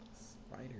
Spider